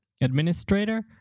administrator